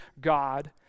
God